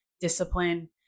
discipline